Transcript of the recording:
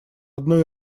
одной